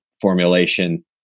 formulation